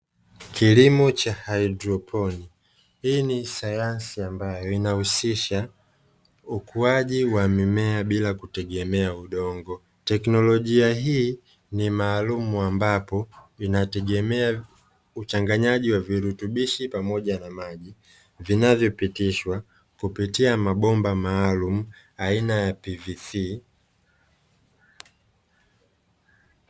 Kilimo cha haidroponi, hii ni sayansi ambayo inahusisha ukuaji wa mimea bila kutegemea udongo. Teknolojia hii ni maalumu ambapo inategemea uchanganyaji wa virutubisho pamoja na maji vinavyopitishwa kupitia mabomba maalumu aina ya "PVC".